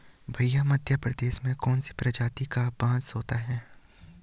भैया मध्य प्रदेश में कौन सी प्रजाति का बांस होता है?